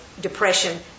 depression